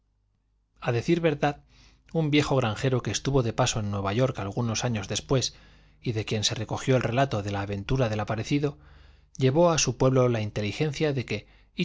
a decir verdad un viejo granjero que estuvo de paso en nueva york algunos años después y de quien se recogió el relato de la aventura del aparecido llevó a su pueblo la inteligencia de que